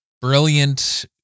brilliant